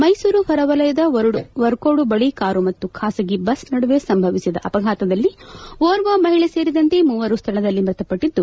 ಮೈಸೂರು ಹೊರವಲಯದ ವರಕೋಡು ಬಳಿ ಕಾರು ಮತ್ತು ಖಾಸಗಿ ಬಸ್ ನಡುವೆ ಸಂಭವಿಸಿದ ಅಪಘಾತದಲ್ಲಿ ಓರ್ವ ಮಹಿಳೆ ಸೇರಿದಂತೆ ಮೂವರು ಸ್ಥಳದಲ್ಲೇ ಮೃತಪಟ್ಟಿದ್ದು